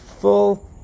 full